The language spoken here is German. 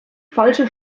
falsche